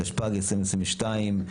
התשפ"ג 2022,